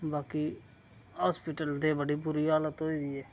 बाकी हास्पिटल दी बड़ी बुरी हालत होई दी ऐ